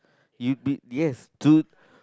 you'll be yes to